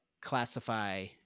classify